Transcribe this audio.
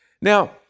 Now